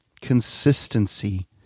consistency